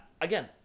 again